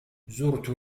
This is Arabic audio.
زرت